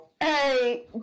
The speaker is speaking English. Hey